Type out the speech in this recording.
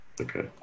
Okay